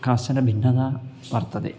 काचन भिन्नता वर्तते